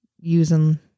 using